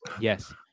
Yes